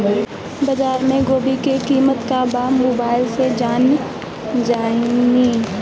बाजार में गोभी के कीमत का बा मोबाइल से कइसे जानी?